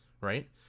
Right